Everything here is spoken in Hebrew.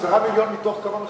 10 מיליון מתוך כמה מחלקים?